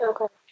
Okay